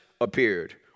appeared